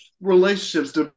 relationships